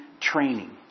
training